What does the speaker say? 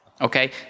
okay